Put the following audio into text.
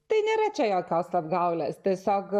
tai nėra čia jokios apgaulės tiesiog